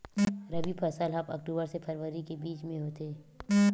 रबी फसल हा अक्टूबर से फ़रवरी के बिच में होथे